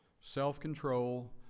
self-control